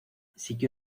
siguió